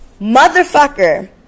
motherfucker